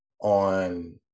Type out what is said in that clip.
on